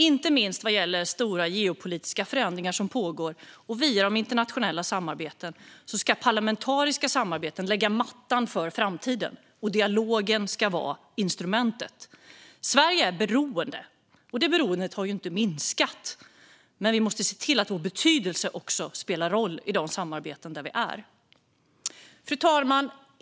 Inte minst gäller det de stora geopolitiska förändringar som pågår. Via internationella samarbeten som de parlamentariska lägger vi mattan för framtiden. Dialogen ska vara instrumentet. Sverige är beroende, och det beroendet har inte minskat, men vi måste se till att spela en roll av betydelse i de samarbeten där vi är med. Fru talman!